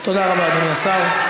תודה רבה, אדוני השר.